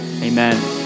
amen